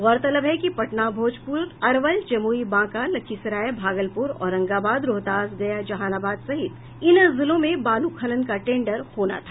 गौरतलब है कि पटना भोजपुर अरवल जमुई बांका लखीसराय भागलपुर औरंगाबाद रोहतास गया जहानाबाद सहित इन जिलों में बालू खनन का टेंडर होना था